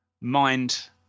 mind